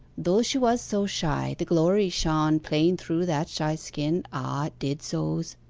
though she was so shy the glory shone plain through that shy skin. ah, it did so's